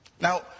Now